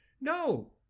no